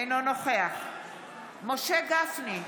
אינו נוכח משה גפני,